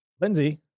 Lindsay